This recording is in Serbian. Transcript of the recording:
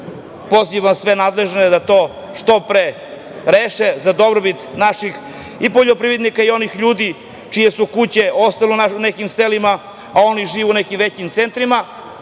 pozivam sve nadležne da to reše za dobrobit naših i poljoprivrednika i onih ljudi čije su kuće ostale u nekim selima, a oni žive u nekim većim centrima.